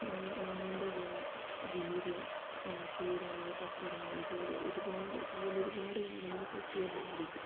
മണ്ണിൻറ്റെ ഗുണം വീര്യം കീടങ്ങൾ സസ്യ രോഗങ്ങൾ ഇവ ഒരുപാട് ഇത്പോലെ ഒരുപാട് കാര്യങ്ങൾ കൃഷിയെ ബാധിക്കും